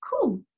cool